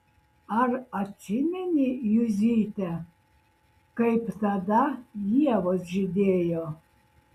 ar atsimeni juzyte kaip tada ievos žydėjo